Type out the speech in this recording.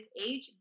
age